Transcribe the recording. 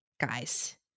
guys